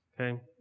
okay